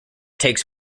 takes